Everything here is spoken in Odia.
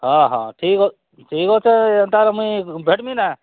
ହଁ ହଁ ଠିକ୍ ଅଛେ ଏନ୍ତା ମୁଇଁ ଭେଟ୍ମି ନା